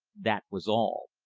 that was all.